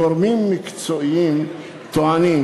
גורמים מקצועיים טוענים